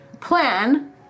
plan